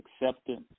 acceptance